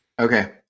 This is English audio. Okay